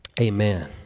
Amen